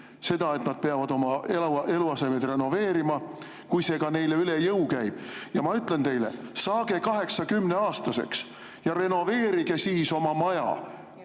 seda, et nad peavad oma eluasemed renoveerima, kui see neile ka üle jõu käib. Ja ma ütlen teile: saage 80‑aastaseks ja renoveerige siis oma maja.